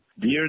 Dear